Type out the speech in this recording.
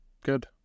good